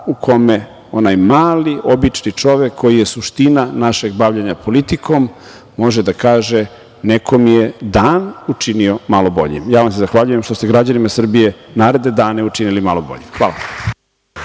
u kome onaj mali obični čovek koji je suština našeg bavljenja politikom može da kaže, nekome je dan učinio malo boljim. Ja vam se zahvaljujem što ste građanima Srbije naredne danu učinili malo boljim. Hvala